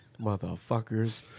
Motherfuckers